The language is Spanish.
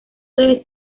debe